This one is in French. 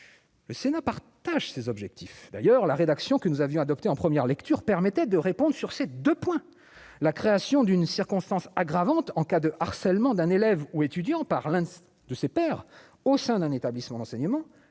Le Sénat partage ces objectifs d'ailleurs la rédaction que nous avions adopté en première lecture, permettait de réponse sur ces 2 points, la création d'une circonstance aggravante en cas de harcèlement d'un élève ou étudiant par l'un de ses pairs au sein d'un établissement d'enseignement,